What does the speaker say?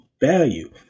value